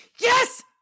Yes